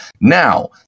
Now